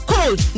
Cold